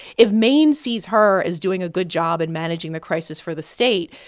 if maine sees her as doing a good job in managing the crisis for the state,